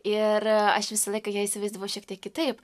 ir aš visą laiką ją įsivaizdavau šiek tiek kitaip